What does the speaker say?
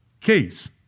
case